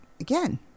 again